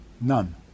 None